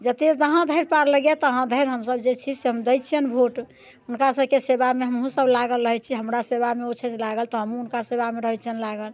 जते जहाँ धरि पार लगै तहाँ धरि हमसब जे छै से हम दै छियनि वोट हुनका सबके सेवामे हमहूँ सब लागल रहै छियै हमरा सेवामे ओ छथि लागल तऽ हमहूँ हुनका सेवामे रहै छियनि लागल